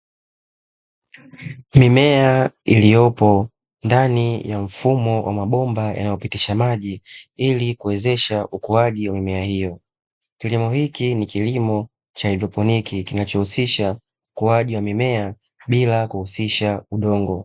Mimea iliyopo ndani ya mfumo wa mabomba yanayopitisha maji ili kuwezesha ukuaji wa mimea hiyo, kilimo hiki ni kilimo cha haidroponiki kinachohusisha ukuaji wa mimea bila kuhusisha udongo.